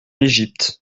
égypte